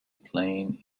plain